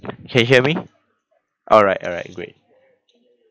can you hear me alright alright great